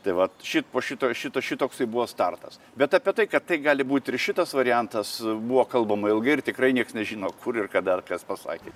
tai vat šit po šito šito šitoksai buvo startas bet apie tai kad tai gali būt ir šitas variantas buvo kalbama ilgai ir tikrai nieks nežino kur ir kada kas pasakė